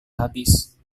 habis